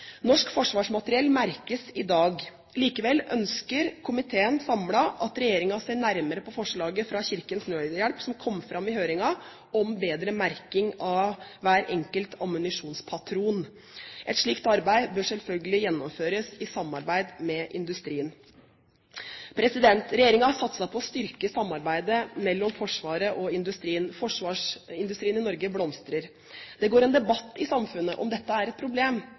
Norsk forsvarsmateriell merkes i dag. Likevel ønsker en samlet komité at regjeringen ser nærmere på forslaget fra Kirkens Nødhjelp, som kom fram i høringen, om bedre merking av hver enkelt ammunisjonspatron. Et slikt arbeid bør selvfølgelig gjennomføres i samarbeid med industrien. Regjeringen har satset på å styrke samarbeidet mellom Forsvaret og industrien. Forsvarsindustrien i Norge blomstrer. Det pågår en debatt i samfunnet om hvorvidt dette er et problem.